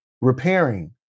repairing